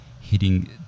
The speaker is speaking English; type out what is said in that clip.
hitting